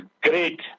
great